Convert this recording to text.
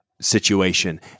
situation